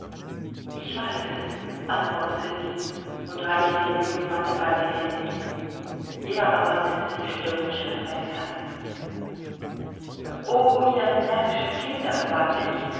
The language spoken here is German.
ich weiß es antwortete sie und reichte dem jungen manne beide hände hin er aber riß sie stürmisch an sein herz o ihr närrischen kinder sagte ich